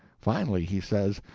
finally he says